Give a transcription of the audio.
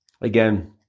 again